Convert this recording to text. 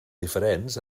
diferents